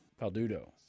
Paldudo